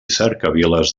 cercaviles